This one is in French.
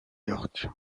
york